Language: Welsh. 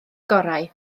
gorau